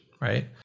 right